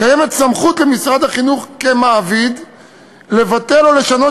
קיימת סמכות למשרד החינוך כמעביד לבטל או לשנות